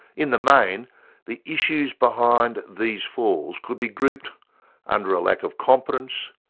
in the main the issues behind these falls could be grouped under a lack of competence,